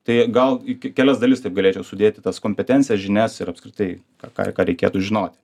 tai gal iki kelias dalis taip galėčiau sudėti tas kompetencijas žinias ir apskritai ką ką ką reikėtų žinoti